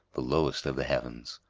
the lowest of the heavens.